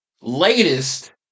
latest